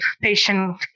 patient